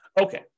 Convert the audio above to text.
Okay